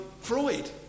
Freud